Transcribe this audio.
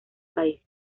país